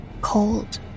cold